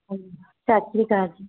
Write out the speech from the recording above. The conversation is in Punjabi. ਹਾਂਜੀ ਸਤਿ ਸ਼੍ਰੀ ਅਕਾਲ ਜੀ